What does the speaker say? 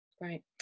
Right